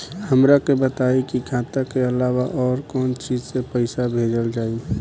हमरा के बताई की खाता के अलावा और कौन चीज से पइसा भेजल जाई?